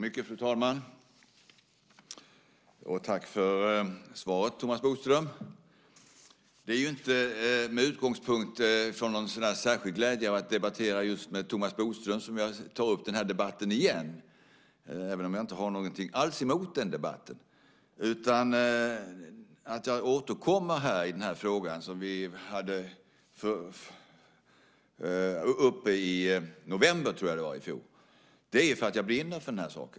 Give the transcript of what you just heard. Fru talman! Tack för svaret, Thomas Bodström! Det är inte med utgångspunkt från någon särskild glädje att debattera med just Thomas Bodström som jag tar upp den här debatten igen, även om jag inte har någonting alls emot debatten. Jag återkommer i den här frågan, som vi hade uppe i november i fjol, därför att jag brinner för saken.